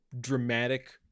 dramatic